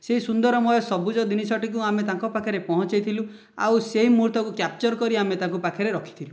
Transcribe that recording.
ସେଇ ସୁନ୍ଦରମୟ ସବୁଜ ଜିନିଷଟିକୁ ଆମେ ତାଙ୍କ ପାଖରେ ପହଞ୍ଚାଇଥିଲୁ ଆଉ ସେଇ ମୁହୂର୍ତ୍ତକୁ କ୍ୟାପ୍ଚର୍ କରି ଆମେ ତାଙ୍କ ପାଖରେ ରଖିଥିଲୁ